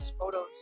photos